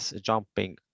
jumping